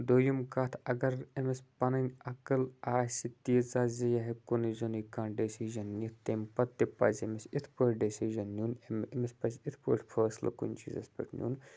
دٔیِم کتھ اگر أمس پَنٕنۍ عقل آسہِ تیٖژاہ زِ یہِ ہیٚکہِ کُنُے زوٚنُے کانٛہہ ڈیٚسِجَن نِتھ تمہِ پَتہٕ تہِ پَزِ أمِس اِتھ پٲٹھۍ ڈیٚسِجَن نیُن أمس پَزِ اِتھ پٲٹھۍ فٲصلہٕ کُنہِ چیٖزَس پیٹھ نیُن